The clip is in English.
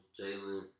Jalen